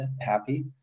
happy